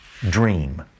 Dream